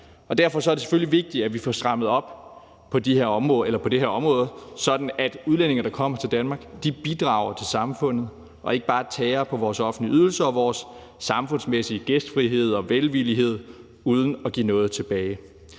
derfor er det selvfølgelig vigtigt, at vi får strammet op på det her område, sådan at udlændinge, der kommer til Danmark, bidrager til samfundet og ikke bare tærer på vores offentlige ydelser og vores samfundsmæssige gæstfrihed og velvillighed uden at give noget tilbage.